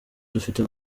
dufite